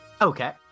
Okay